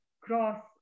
cross